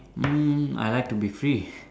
mm I like to be free